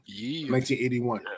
1981